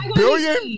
billion